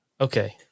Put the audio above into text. Okay